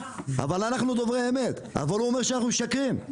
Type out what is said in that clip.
אנחנו דוברי אמת, אבל הוא אומר שאנחנו משקרים.